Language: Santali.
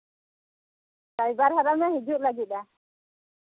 ᱨᱟᱭᱵᱟᱨ ᱦᱟᱲᱟᱢᱮ ᱦᱤᱡᱩᱜ ᱞᱟᱹᱜᱤᱫᱼᱟ